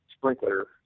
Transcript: sprinkler